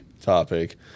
topic